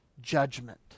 judgment